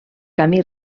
camí